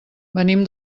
venim